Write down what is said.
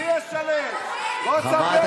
מי ישלם בחייו,